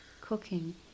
cooking